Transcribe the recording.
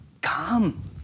Come